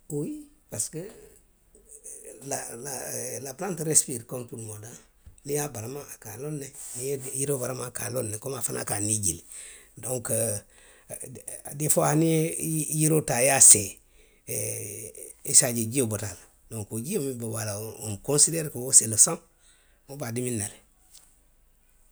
Uwiyi parisiko, la, palanti resipiri komi tuu le mondu aŋ. Niŋ i ye a barama, a ka a loŋ ne. Niŋw i ye, niŋ i ye yiroo barama, a ka loŋ ne komi a faŋ ka a niijii le. Donku, e, e dee fuwa niŋ i ye, i ye, yiroo taa i ye a see, i se a je jio bota a la. Donku wo jio miŋ be boo la a bala, oŋ konsideeri ko wo se le saŋ. Wo be a dimiŋ na le.